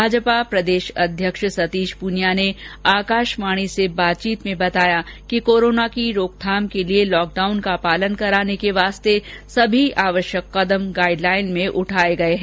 भाजपा प्रदेश अध्यक्ष डॉक्टर सतीश पूनिया ने आकाशवाणी से बातचीत में बताया कि कोरोना की रोकथाम के लिए लॉकडाउन का पालन कराने के लिए सभी आवश्यक कदम गाइडलाइन में उठाए गए हैं